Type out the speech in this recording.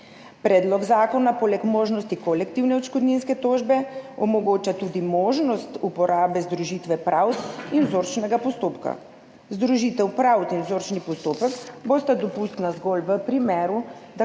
Predlog zakona poleg možnosti kolektivne odškodninske tožbe omogoča tudi možnost uporabe združitve pravd in vzorčnega postopka. Združitev pravd in vzorčni postopek bosta dopustna zgolj v primeru,